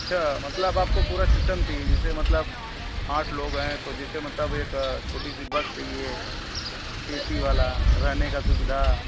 अच्छा मतलब आपको पूरा सिस्टम चाहिए जैसे मतलब आठ लोग हैं तो जैसे मतलब एक छोटी सी बस चाहिए ए सी वाली रहने की सुविधा